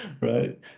Right